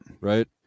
Right